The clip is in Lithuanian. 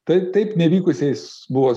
tai taip nevykusiais buvo